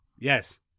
Yes